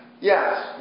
Yes